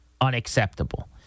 unacceptable